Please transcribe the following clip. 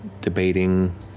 debating